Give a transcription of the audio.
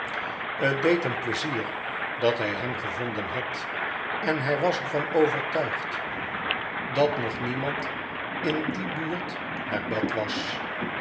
t deed hem pleizier dat hij hem gevonden had en hij was er van overtuigd dat nog niemand in die buurt naar bed was